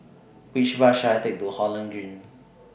Which Bus should I Take to Holland Green